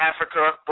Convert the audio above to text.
Africa